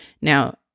Now